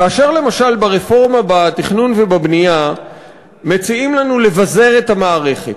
כאשר ברפורמה בתכנון ובבנייה מציעים לנו לבזר את המערכת,